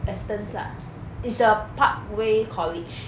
astons lah is the parkway college